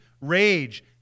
rage